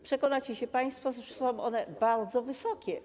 Przekonacie się państwo, że są one bardzo wysokie.